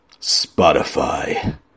Spotify